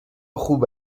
خوب